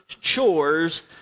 chores